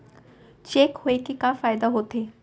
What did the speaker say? Cheque होए के का फाइदा होथे?